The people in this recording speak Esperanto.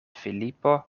filipo